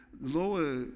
Lower